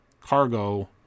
cargo